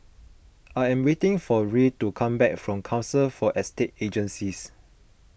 I am waiting for Ruie to come back from Council for Estate Agencies